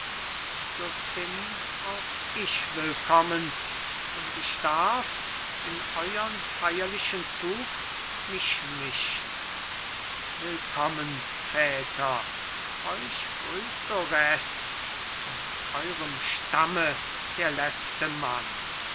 so bin auch ich willkommen und ich darf in euern feierlichen zug mich mischen willkommen väter euch grüßt orest von euerm stamme der letzte mann